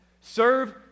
Serve